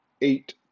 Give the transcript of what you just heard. Eight